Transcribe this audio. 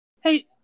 Hey